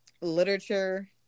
literature